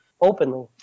Openly